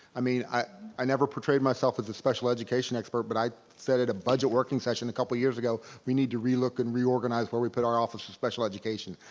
i mean i i never portrayed myself as a special education expert but i said at a budget working session a couple years ago, we need to re-look and reorganize where we put our office of special education.